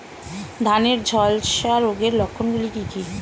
ধানের ঝলসা রোগের লক্ষণগুলি কি কি?